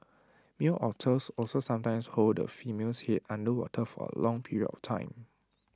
male otters also sometimes hold the female's Head under water for A long period of time